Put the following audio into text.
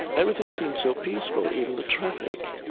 everything seemed so peaceful, even the traffic.